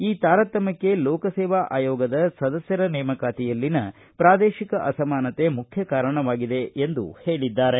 ಈ ತಾರತಮ್ಯಕ್ಕೆ ಲೋಕಸೇವಾ ಆಯೋಗದ ಸದಸ್ಯರ ನೇಮಕಾತಿಯಲ್ಲಿನ ಪ್ರಾದೇಶಿಕ ಅಸಮಾನತೆ ಮುಖ್ಯ ಕಾರಣವಾಗಿದೆ ಎಂದು ಹೇಳಿದ್ದಾರೆ